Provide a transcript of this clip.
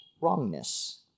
wrongness